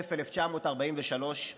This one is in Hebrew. חורף 1943,